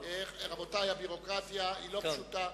רבותי, הביורוקרטיה היא לא פשוטה.